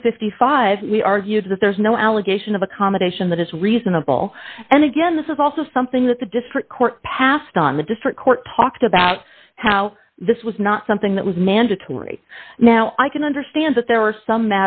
and fifty five dollars we argued that there's no allegation of accommodation that is reasonable and again this is also something that the district court passed on the district court talked about how this was not something that was mandatory now i can understand that there are some